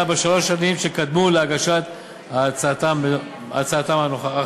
בשלוש השנים שקדמו להגשת הצעתם האחרונה.